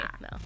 No